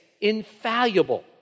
infallible